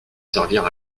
servir